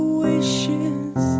wishes